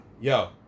Yo